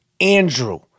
Andrew